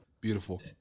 beautiful